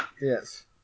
Yes